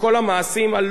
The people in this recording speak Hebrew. בחברות אני אומר,